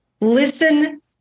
listen